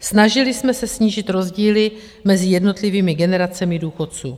Snažili jsme se snížit rozdíly mezi jednotlivými generacemi důchodců.